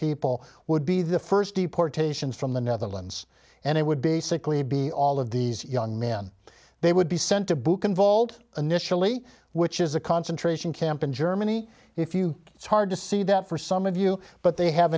people would be the first deportation from the netherlands and it would basically be all of these young men they would be sent to book involved initially which is a concentration camp in germany if you it's hard to see that for some of you but they have